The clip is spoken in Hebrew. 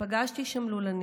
פגשתי שם לולנים